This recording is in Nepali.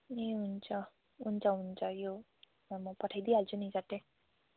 ए हुन्छ हुन्छ हुन्छ यो म पठाइदिइहाल्छु नि झट्टै